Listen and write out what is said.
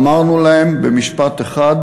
אמרנו להם במשפט אחד: